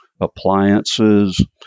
appliances